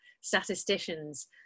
statisticians